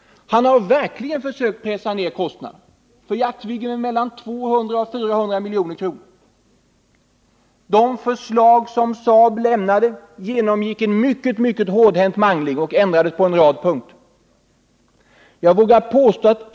Han har verkligen försökt pressa ned kostnaderna — för Jaktviggen med mellan 200 och 400 milj.kr. De förslag som Saab lämnade genomgick en hårdhänt mangling och ändrades på en rad punkter.